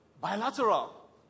Bilateral